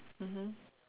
mmhmm